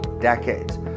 decades